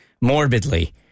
morbidly